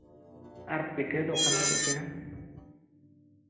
ᱟᱨ ᱯᱤᱴᱷᱟᱹ ᱫᱚ ᱚᱠᱟ ᱞᱮᱠᱟ ᱠᱚ ᱤᱥᱤᱱᱟ